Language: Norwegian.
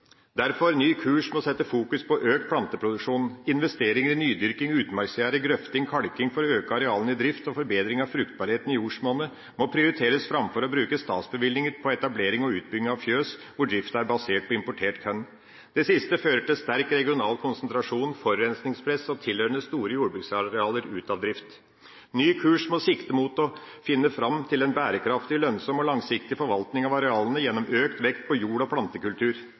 Derfor må ny kurs sette fokus på økt planteproduksjon, investeringer i nydyrking og utmarksgjerde, grøfting og kalking for å øke arealene i drift og forbedring av fruktbarheten i jordsmonnet. Dette må prioriteres framfor å bruke statsbevilgninger på etablering og utbygging av fjøs hvor driften er basert på importert korn. Det siste fører til sterk regional konsentrasjon, forurensingspress og tilhørende store jordbruksarealer ute av drift. Ny kurs må sikte mot å finne fram til en bærekraftig, lønnsom og langsiktig forvaltning av arealene gjennom økt vekt på jord- og plantekultur.